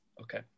okay